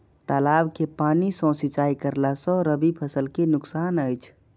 तालाब के पानी सँ सिंचाई करला स रबि फसल के नुकसान अछि?